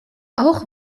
auch